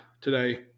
today